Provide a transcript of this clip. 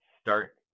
start